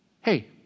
Hey